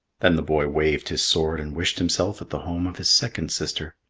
then the boy waved his sword and wished himself at the home of his second sister.